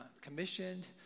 commissioned